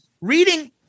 reading